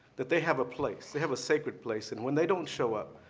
that they have a place, they have a sacred place. and when they don't show up,